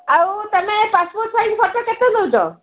ଆଉ ତୁମେ passport size photo କେତେ ଦେଉଛ